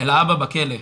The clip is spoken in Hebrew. אלא אבא בכלא.